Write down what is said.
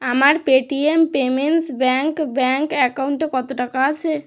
আমার Paytm payments bank bank অ্যাকাউন্টে কত টাকা আছে